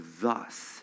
thus